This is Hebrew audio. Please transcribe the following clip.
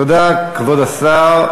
תודה, כבוד השר.